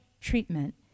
treatment